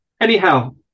Anyhow